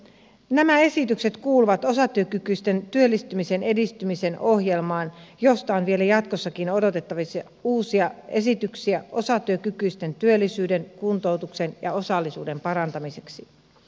nämä esitykset kuuluvat osatyökykyisten työllistymisen edistymisen ohjelmaan josta on vielä jatkossakin odotettavissa uusia esityksiä osatyökykyisten työllisyyden kuntoutuksen ja osallisuuden parantamiseksi